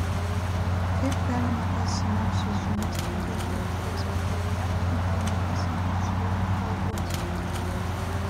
kaip galima tas seniausias žinias trumpai charakterizuoti ir įvertinti matysime iš jų apžvalgos